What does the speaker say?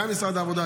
גם עם משרד העבודה,